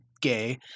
gay